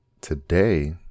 today